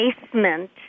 basement